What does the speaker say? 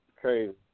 Crazy